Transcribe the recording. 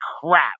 crap